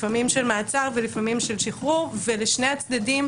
לפעמים של מעצר ולפעמים של שחרור, ולשני הצדדים